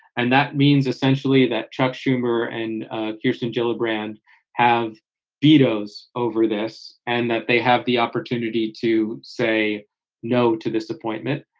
and that means essentially that chuck schumer and kirsten gillibrand have vetoes over this and that they have the opportunity to say no to this appointment.